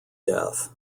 death